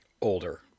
older